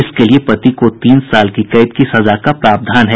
इसके लिए पति को तीन साल की कैद का प्रावधान है